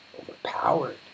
overpowered